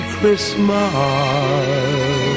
Christmas